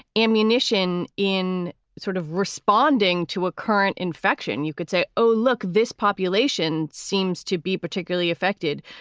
ammunition in sort of responding to a current infection. you could say, oh, look, this population seems to be particularly affected.